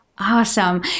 awesome